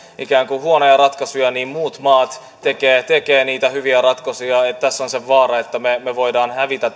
ikään kuin huonoja ratkaisuja niin muut maat tekevät niitä hyviä ratkaisuja ja tässä on se vaara että me voimme hävitä